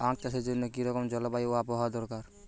আখ চাষের জন্য কি রকম জলবায়ু ও আবহাওয়া দরকার?